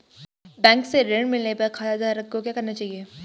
Bank से ऋण मिलने पर खाताधारक को क्या करना चाहिए?